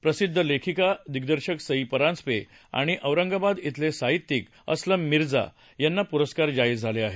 प्रसिद्ध लेखिका दिग्दर्शक सई परांजपे आणि औरंगाबाद इथले साहित्यिक असलम मिर्जा यांना पुरस्कार जाहीर झाले आहेत